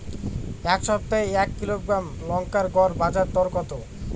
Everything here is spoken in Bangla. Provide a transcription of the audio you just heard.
এই সপ্তাহে এক কিলোগ্রাম লঙ্কার গড় বাজার দর কত?